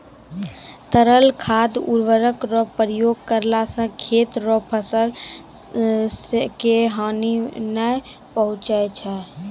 तरल खाद उर्वरक रो प्रयोग करला से खेत रो फसल के हानी नै पहुँचय छै